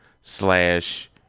slash